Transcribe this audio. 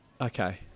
Okay